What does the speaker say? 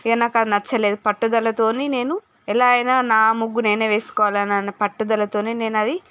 ఇక నాకది నచ్చలేదు పట్టుదలతోని నేను ఎలా అయినా నా ముగ్గు నేనే వేసుకోవాలనని పట్టుదలతోనే నేనది